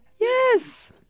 Yes